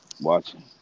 watching